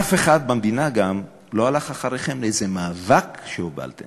אף אחד במדינה גם לא הלך אחריכם לאיזה מאבק שהובלתם.